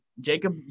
Jacob